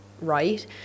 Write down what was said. right